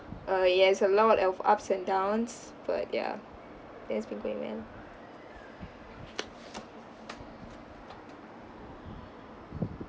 uh yes a lot of ups and downs but ya it has been great man